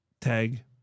tag